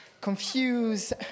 confused